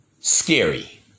scary